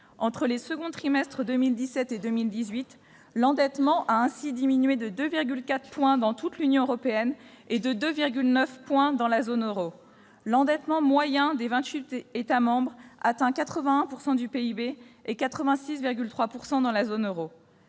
Entre les seconds trimestres de 2017 et de 2018, l'endettement a ainsi diminué de 2,4 points dans toute l'Union européenne et de 2,9 points dans la zone euro. L'endettement moyen atteint 81 % du PIB des 28 États membres et s'élève à 86,3 % dans la zone euro.